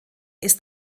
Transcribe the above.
ist